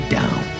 down